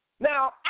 Now